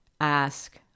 ask